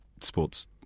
sports